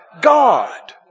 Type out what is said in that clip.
God